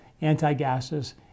anti-gases